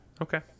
Okay